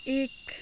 एक